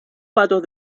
patos